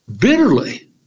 bitterly